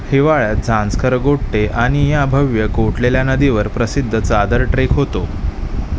हिवाळ्यात झांस्कर गोठते आणि या भव्य गोठलेल्या नदीवर प्रसिद्ध चादर ट्रेक होतो